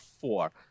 four